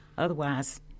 Otherwise